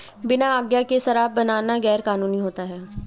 बिना आज्ञा के शराब बनाना गैर कानूनी होता है